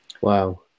Wow